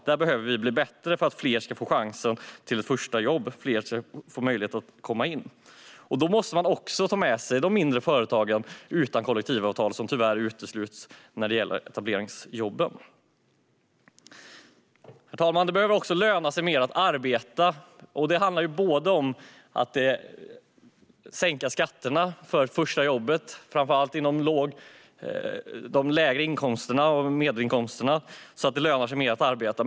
Vi behöver bli bättre här för att fler ska få chans till ett första jobb och kunna komma in. Då måste man också ha med sig mindre företag utan kollektivavtal, vilka tyvärr utesluts när det gäller etableringsjobben. Herr talman! Det behöver lönar sig bättre att arbeta. Det handlar om att sänka skatterna för första jobbet, framför allt för dem med lägre inkomster och medelinkomster, så att det lönar sig bättre att arbeta.